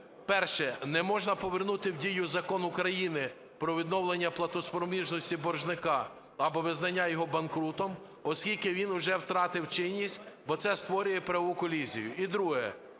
Перше. Не можна повернути в дію Закон України "Про відновлення платоспроможності боржника або визнання його банкрутом", оскільки він уже втратив чинність, бо це створює правову колізію.